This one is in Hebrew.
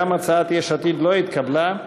גם הצעת יש עתיד לא התקבלה.